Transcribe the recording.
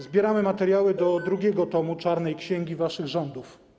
Zbieramy materiały do drugiego tomu czarnej księgi waszych rządów.